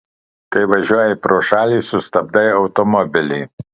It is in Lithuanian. kai važiuoji pro šalį sustabdai automobilį